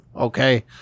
okay